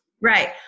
Right